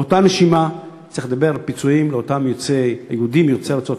באותה נשימה צריך לדבר על פיצויים לאותם יהודים יוצאי ארצות